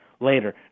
Later